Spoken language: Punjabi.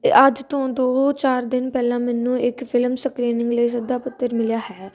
ਅੱਜ ਤੋਂ ਦੋ ਚਾਰ ਦਿਨ ਪਹਿਲਾਂ ਮੈਨੂੰ ਇੱਕ ਫਿਲਮ ਸਕਰੀਨਿੰਗ ਲਈ ਸੱਦਾ ਪੱਤਰ ਮਿਲਿਆ ਹੈ